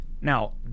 Now